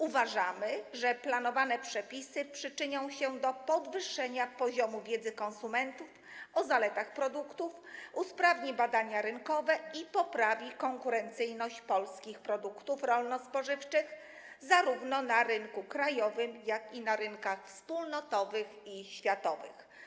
Uważamy, że planowane przepisy przyczynią się do podwyższenia poziomu wiedzy konsumentów o zaletach produktów, usprawnią badania rynkowe i poprawią konkurencyjność polskich produktów rolno-spożywczych zarówno na rynku krajowym, jak i na rynkach wspólnotowych i światowych.